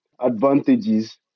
advantages